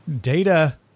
data